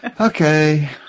Okay